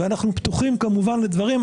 אנחנו פתוחים, כמובן, לדברים.